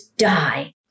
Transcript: die